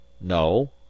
no